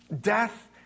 Death